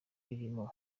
irimo